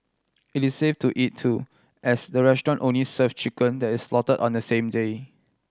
it is safe to eat too as the restaurant only serve chicken that is slaughter on the same day